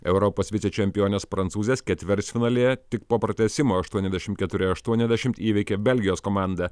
europos vicečempionės prancūzės ketvirtfinalyje tik po pratęsimo aštuoniasdešim keturi aštuoniasdešimt įveikė belgijos komandą